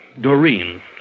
Doreen